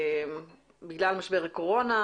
בגלל משבר הקורונה,